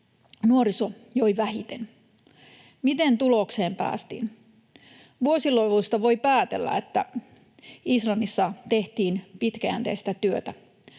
nuoriso joi vähiten. Miten tulokseen päästiin? Vuosiluvuista voi päätellä, että Islannissa tehtiin pitkäjänteistä työtä.